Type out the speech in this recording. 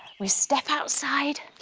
we step outside,